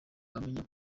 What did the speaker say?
wamenya